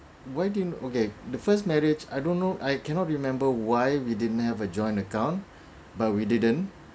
why didn't okay the first marriage I don't know I cannot remember why we didn't have a joint account but we didn't